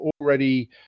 already